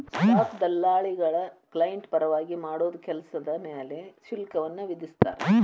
stock ದಲ್ಲಾಳಿಗಳ client ಪರವಾಗಿ ಮಾಡೋ ಕೆಲ್ಸದ್ ಮ್ಯಾಲೆ ಶುಲ್ಕವನ್ನ ವಿಧಿಸ್ತಾರ